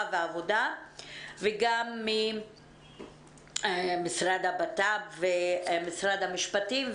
והעבודה וגם ממשרד הבט"פ ומשרד המשפטים,